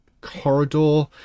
corridor